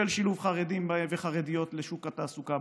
של שילוב חרדים וחרדיות בשוק התעסוקה,